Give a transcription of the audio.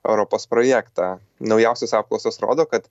europos projektą naujausios apklausos rodo kad